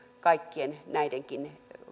kaikkien näidenkin